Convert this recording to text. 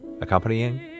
accompanying